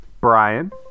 Brian